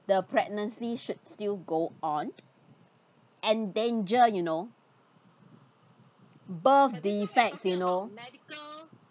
the pregnancy should still go on endanger you know birth defects you know